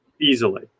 easily